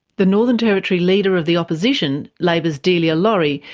the northern territory leader of the opposition, labor's delia lawrie,